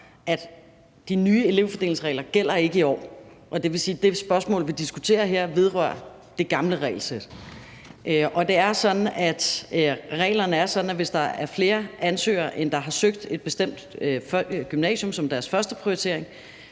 at de nye elevfordelingsregler ikke gælder i år. Og det vil sige, at det spørgsmål, vi diskuterer her, vedrører det gamle regelsæt. Og reglerne er sådan, at hvis der er flere ansøgere end det antal, der har søgt et bestemt gymnasium som deres førsteprioritering,